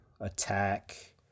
attack